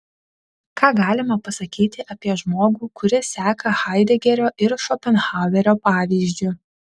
ką galima pasakyti apie žmogų kuris seka haidegerio ir šopenhauerio pavyzdžiu